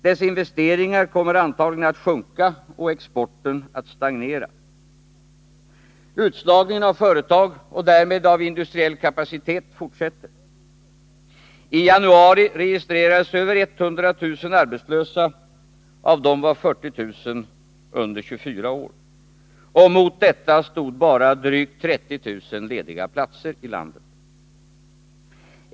Dess investeringar kommer antagligen att sjunka och exporten att stagnera. Utslagningen av företag och därmed av industriell kapacitet fortsätter. I januari registrerades över 100 000 arbetslösa, och av dem var 40 000 under 24 år. Mot detta stod bara drygt 30 000 lediga platser i landet.